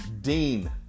Dean